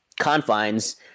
confines